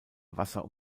wasser